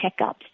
checkups